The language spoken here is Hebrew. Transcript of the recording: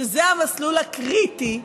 שזה המסלול הקריטי.